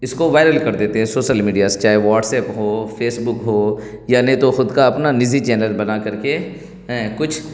اس کو وائرل کر دیتے ہیں سوسل میڈیا سے چاہے وہ واٹس اپ ہو فیس بک ہو یا نئی تو خود کا اپنا نجی چینل بنا کر کے کچھ